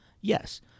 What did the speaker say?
yes